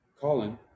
Colin